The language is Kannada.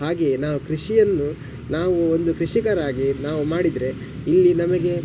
ಹಾಗೆಯೆ ನಾವು ಕೃಷಿಯನ್ನು ನಾವು ಒಂದು ಕೃಷಿಕರಾಗಿ ನಾವು ಮಾಡಿದರೆ ಇಲ್ಲಿ ನಮಗೆ